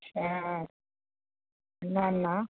अच्छा न न